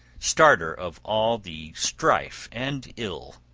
starter of all the strife and ill,